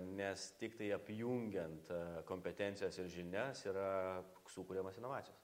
nes tiktai apjungiant a kompetencijas ir žinias yra sukuriamos inovacijos